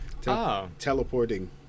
Teleporting